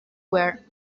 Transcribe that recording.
were